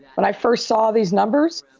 when i first saw these numbers,